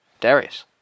Darius